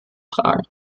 tragen